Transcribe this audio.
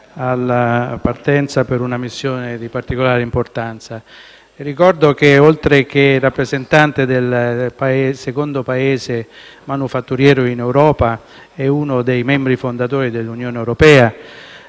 alla partenza per una missione di particolare importanza. Ricordo che, oltre che rappresentante del secondo Paese manifatturiero in Europa, nonché uno dei membri fondatori dell'Unione europea,